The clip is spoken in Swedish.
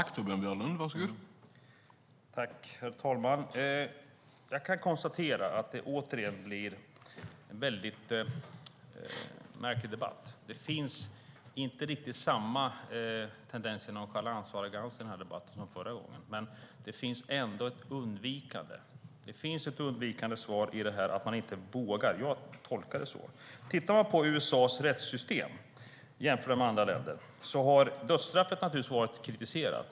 Herr talman! Jag kan konstatera att det återigen blir en märklig debatt. Det finns inte riktigt samma tendens till nonchalans och arrogans i den här debatten som förra gången, men det finns ändå ett undvikande. Det finns ett undvikande svar i detta - att man inte vågar. Jag tolkar det så. Om man tittar på USA:s rättssystem och jämför det med andra länders ser man att dödsstraffet har varit kritiserat.